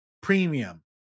premium